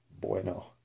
Bueno